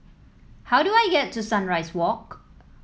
how do I get to Sunrise Walk